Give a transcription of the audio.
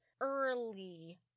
early